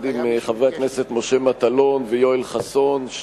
עם חברי הכנסת משה מטלון ויואל חסון,